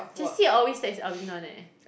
Jessie always text Alvin [one] eh